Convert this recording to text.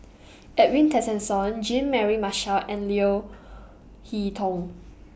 Edwin Tessensohn Jean Mary Marshall and Leo Hee Tong